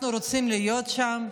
אנחנו רוצים להיות שם?